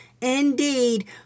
indeed